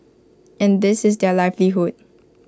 and this is their livelihood